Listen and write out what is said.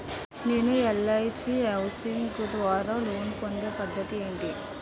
నేను LIC housing ద్వారా loan పొందే పద్ధతి ఏంటి?